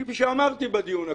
כפי שאמרתי בדיון הקודם,